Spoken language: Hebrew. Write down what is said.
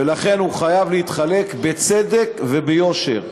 ולכן הוא חייב להתחלק בצדק וביושר.